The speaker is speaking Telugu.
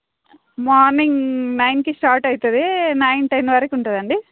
మార్నింగ్ నైన్కి స్టార్ట్ అవుతుంది నైన్ టెన్ వరకు ఉంటుందండి